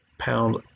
pound